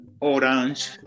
orange